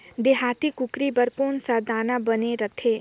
देहाती कुकरी बर कौन सा दाना बने रथे?